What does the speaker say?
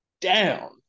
down